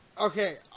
okay